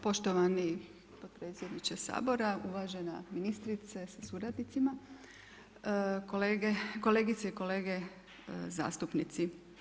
Poštovani potpredsjedniče Sabora, uvažena ministrice sa suradnicima, kolegice i kolege zastupnici.